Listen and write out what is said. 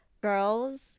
girls